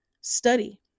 study